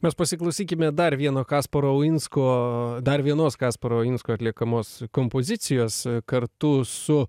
mes pasiklausykime dar vieno kasparo uinsko dar vienos kasparo uinsko atliekamos kompozicijos kartu su